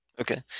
Okay